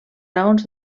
raons